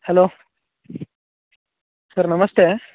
hello sir ನಮಸ್ತೆ